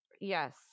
Yes